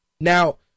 Now